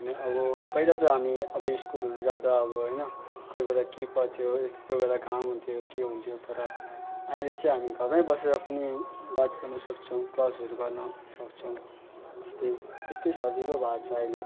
अब पहिला त हामी अब स्कुलहरू जाँदा अब होइन कोही बेला के पर्थ्यो यस्तो कोही बेला काम हुन्थ्यो के हुन्थ्यो तर आहिले चाहिँ हामी घरमै बसेर पनि बात गर्न सक्छौँ क्लासहरू गर्न सक्छौँ त्यस्तै त्यस्तै सजिलो भएको छ अहिले